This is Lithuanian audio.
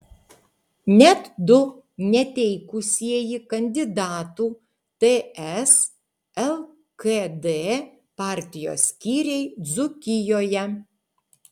net du neteikusieji kandidatų ts lkd partijos skyriai dzūkijoje